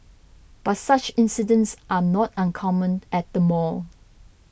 but such incidents are not uncommon at the mall